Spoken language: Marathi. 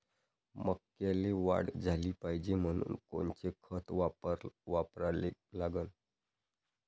मक्याले वाढ झाली पाहिजे म्हनून कोनचे खतं वापराले लागन?